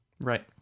Right